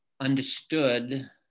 understood